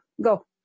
Go